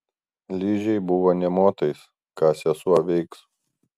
ližei buvo nė motais ką sesuo veiks